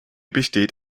besteht